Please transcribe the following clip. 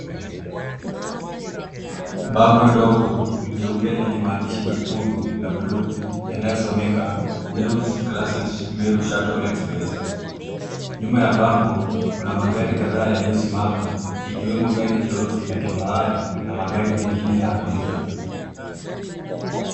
Bango ndogo jeupe lenye mandishi mekundu na buluu yanayosomeka Meiso Classic Sacco Meru Shttle Express . Nyuma ya bango kuna magari kadhaa yaliyosimama ikiwemo gari jeusi la kifahari na magari mengine ya abiria.